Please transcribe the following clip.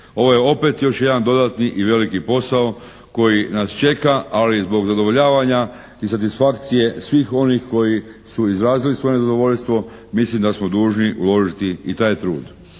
Ovo je opet još jedan dodatni i veliki posao koji nas čeka ali zbog zadovoljavanja i satisfakcije svih onih koji su izrazili svoje nezadovoljstvo mislim da smo dužni uložiti i taj trud.